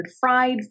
fried